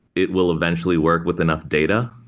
it will eventually work with enough data.